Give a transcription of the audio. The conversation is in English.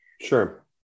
Sure